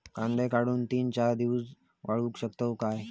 कांदो काढुन ती चार दिवस वाळऊ शकतव काय?